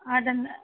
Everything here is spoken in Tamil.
அதன்